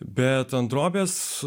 bet ant drobės